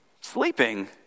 Sleeping